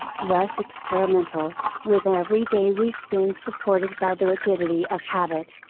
less experimental, with every day we spend supported by the rigidity of habit.